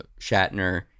Shatner